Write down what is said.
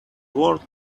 world